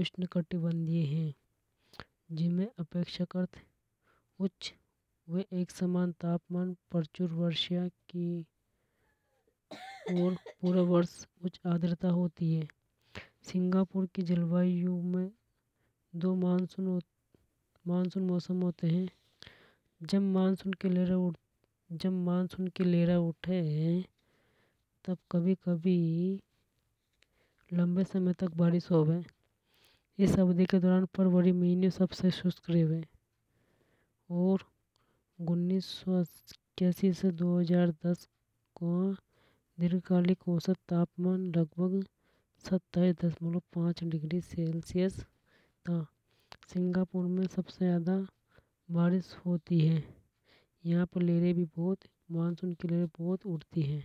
उष्णकटिबन्धीय हे जिमे अपेक्षाकृत उच्च व एक समान तापमान प्रचुर वर्षा की और पूरे वर्ष उच्च आद्रता होती है। सिंगापुर की जलवायु में दो मानसून मानसून मौसम होते हे जब मानसून की जब मानसून की लहरे उठे है। तब कभी कभी लंबे समय तक बारिश होवे। इस अवधि के दौरान फरवरी को मिनियो सबसे शुष्क रेवे। और उन्नीस सौ इक्कयासी से दो हजार दस को दीर्घकालीन औसत तापमान लगभग सत्ताइस दशमलव पांच डिग्री सेल्सियस था। सिंगापुर में सबसे ज्यादा बारिश होती है। यहां पर लहरे बहुत मानसून की लहरे बहुत उठती है।